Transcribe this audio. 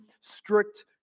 strict